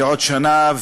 לעוד שנה,